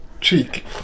cheek